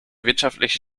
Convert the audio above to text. wirtschaftliche